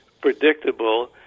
predictable